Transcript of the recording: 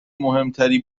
مهمتری